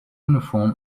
uniform